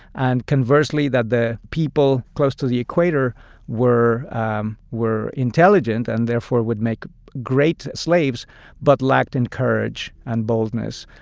and conversely that the people close to the equator were um were intelligent and therefore would make great slaves but lacked in courage and boldness.